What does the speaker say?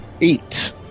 eight